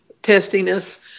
Testiness